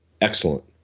excellent